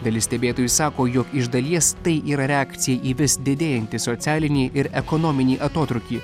dalis stebėtojų sako jog iš dalies tai yra reakcija į vis didėjantį socialinį ir ekonominį atotrūkį